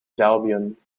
serbien